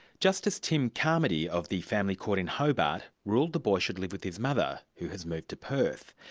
justice tim carmody of the family court in hobart ruled the boy should live with his mother, who has moved to perth.